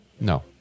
No